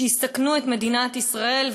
שיסכנו את מדינת ישראל,